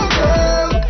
girl